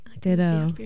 Ditto